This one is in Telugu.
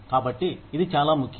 కాబట్టి ఇది చాలా ముఖ్యం